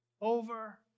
over